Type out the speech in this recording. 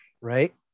right